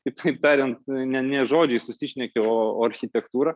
kitaip tariant ne ne žodžiais susišneki o o architektūra